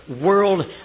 world